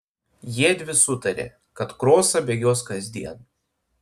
jiedvi sutarė kad krosą bėgios kasdien